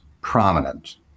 prominent